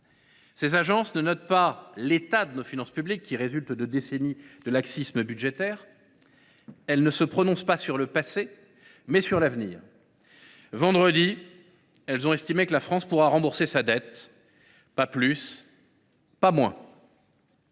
Elles ne notent pas l’état de nos finances publiques, qui résulte de décennies de laxisme budgétaire ; elles se prononcent non pas sur le passé, mais sur l’avenir. Vendredi, elles ont estimé que la France pourra rembourser sa dette. Pas plus, pas moins.